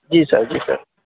جی sir جی سر